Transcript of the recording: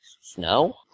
Snow